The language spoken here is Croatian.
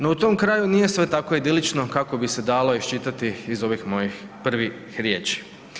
No, u tom kraju nije sve tako idilično kako bi se dalo iščitati iz ovih mojih prvih riječi.